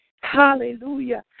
Hallelujah